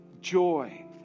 joy